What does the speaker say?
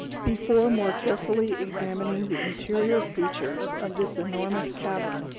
before more carefully examining the interior features of this enormous cavern,